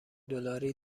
دلاری